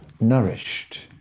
nourished